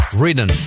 written